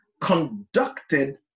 conducted